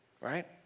right